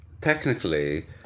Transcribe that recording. technically